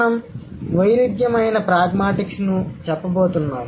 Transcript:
మనం వైరుధ్యమైన ప్రాగ్మాటిక్స్ ను చెప్పబోతున్నాను